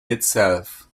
itself